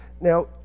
now